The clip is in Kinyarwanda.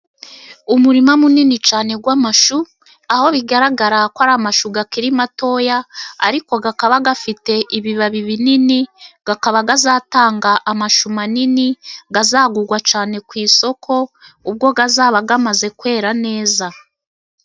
Umurima munini cyane wa amashu aho bigaragara ko ari amashu akiri matoya ariko akaba afite ibibabi binini, akaba azatanga amashu manini azagurwa cyane ku isoko ubwo azaba amaze kwera neza.